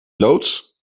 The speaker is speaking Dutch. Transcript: loods